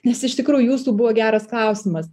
nes iš tikrųjų jūsų buvo geras klausimas